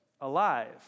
alive